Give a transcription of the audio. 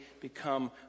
become